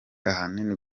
ahanini